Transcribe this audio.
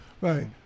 Right